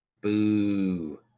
Boo